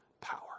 power